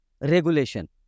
regulation